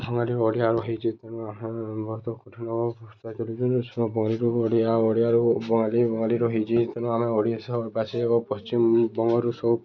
ବଙ୍ଗାଳୀ ଓଡ଼ିଆ ରୁ ହେଇଛି ତେଣୁ ଆମେ ବହୁତ କଠିନ ବଙ୍ଗାଳୀ ରୁ ଓଡ଼ିଆ ଓଡ଼ିଆ ରୁ ବଙ୍ଗାଳୀ ବଙ୍ଗାଳୀ ରୁ ହେଇଛି ତେଣୁ ଆମେ ଓଡ଼ିଶାବାସୀ ଏବଂ ପଶ୍ଚିମବଙ୍ଗରୁ ସବୁ